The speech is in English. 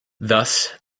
thus